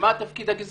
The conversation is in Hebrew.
ומה תפקיד הגזבר.